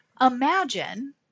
Imagine